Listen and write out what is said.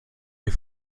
ihr